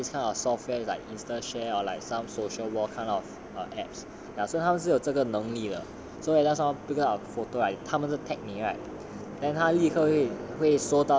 ya you know there's all this kind of software like instant share or like some social war kind of err apps ya so 它们是有这个能力了的 so when someone taken our photo right so 他们会 tag 你 right then 他立刻就会